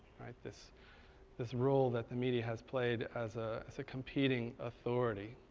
this this role that the media has played as ah as a competing authority.